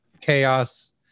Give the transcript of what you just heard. chaos